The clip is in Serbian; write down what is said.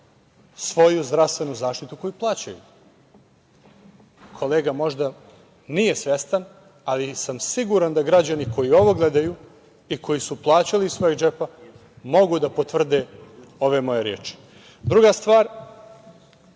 svoju zdravstvenu zaštitu koju plaćaju. Kolega možda nije svestan, ali sam siguran da građani koji ovo gledaju i koji su plaćali iz svog džepa mogu da potvrde ove moje reči. Druga stvar,